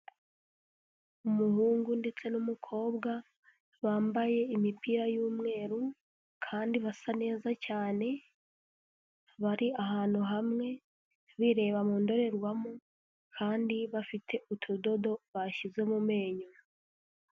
Umuhungu ndetse n'umukobwa bambaye imipira y'umweru kandi basa neza cyane, abari ahantu hamwe bireba mu ndorerwamo kandi bafite utudodo bashyize mu menyo.